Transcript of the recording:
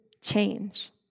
change